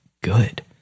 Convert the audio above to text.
good